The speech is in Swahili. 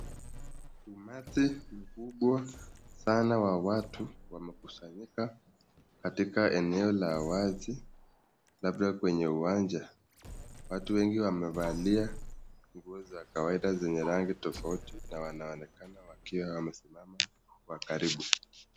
Umati mkubwa wa watu wamekusanyika katika eneo la wazi labda kwenye uwanja. Watu wengi wamevalia nguo za kazwaida zenye rangi tofauti na wanaonekana wakiwa wamesimama kwa karibu.